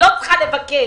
היא לא צריכה לבקש.